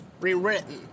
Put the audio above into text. rewritten